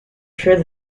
turned